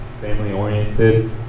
family-oriented